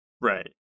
Right